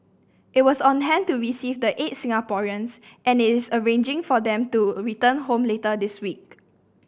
it was on hand to receive the eight Singaporeans and is arranging for them to return home later this week